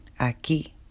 aquí